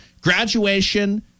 Graduation